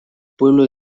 pueblo